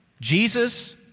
Jesus